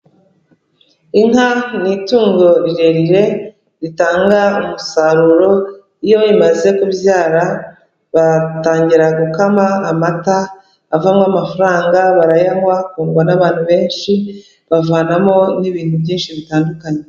Inka ni itungo rirerire ritanga umusaruro iyo imaze kubyara batangira gukama amata avamo amafaranga, barayanywa akundwa n'abantu benshi, bavanamo n'ibintu byinshi bitandukanye.